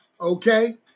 okay